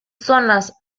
zonas